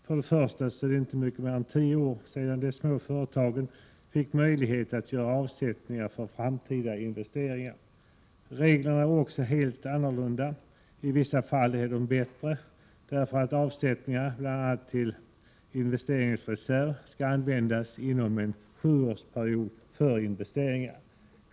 För det första är det inte mycket mer än tio år sedan de små företagen fick möjlighet att göra avsättningar för framtida investeringar. Reglerna är också helt annorlunda. I vissa fall är de bättre, genom att avsättningarna, bl.a. till investeringsreserv, skall användas inom en sjuårsperiod.